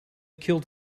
killed